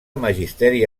magisteri